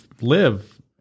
live